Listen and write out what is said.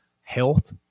health